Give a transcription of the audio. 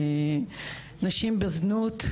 נשים בזנות,